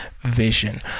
vision